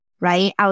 Right